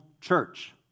church